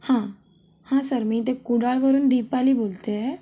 हां हां सर मी ते कुडाळवरून दिपाली बोलते आहे